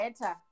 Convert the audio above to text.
better